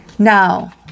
Now